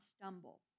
stumble